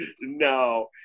No